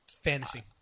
Fantasy